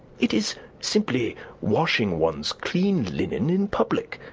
it is simply washing one's clean linen in public.